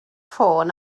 ffôn